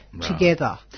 together